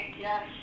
yes